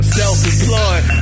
self-employed